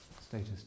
status